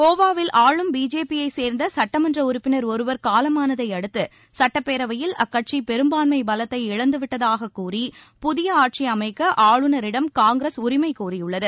கோவாவில் ஆளும் பிஜேபியைச் சேர்ந்த சட்டமன்ற உறுப்பினர் ஒருவர் காலமானதை அடுத்து சட்டப்பேரவையில் அக்கட்சி பெரும்பான்மை பலத்தை இழந்துவிட்டதாகக் கூறி புதிய ஆட்சியமைக்க ஆளுநரிடம் காங்கிரஸ் உரிமை கோரியுள்ளது